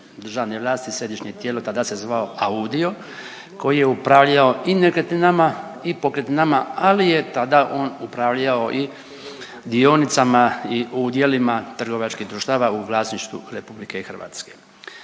državne vlasti središnje tijelo tada se zvao AUDIO koji je upravljao i nekretninama i pokretninama, ali je tad on upravljao i dionicima i udjelima trgovačkih društava u vlasništvu RH. Tada je